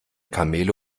kamele